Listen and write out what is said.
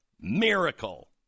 miracle